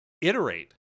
Iterate